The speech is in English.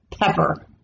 pepper